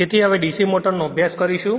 તેથી હવે DC મોટરનો અભ્યાસ કરીશું